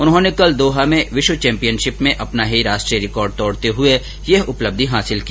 उन्होंने कल दोहा में विश्व चैम्पियनशिप में अपना ही राष्ट्रीय रिकॉर्ड तोड़ते हुए यह उपलब्धि हासिल की